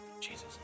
Jesus